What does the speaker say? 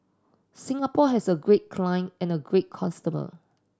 Singapore has a great client and a great customer